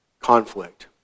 conflict